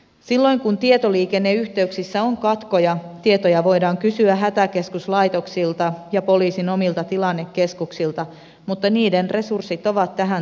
silloin kun tietoliikenneyhteyksissä on katkoja tietoja voidaan kysyä hätäkeskuslaitoksilta ja poliisin omilta tilannekeskuksilta mutta niiden resurssit ovat tähän tarkoitukseen rajalliset